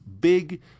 big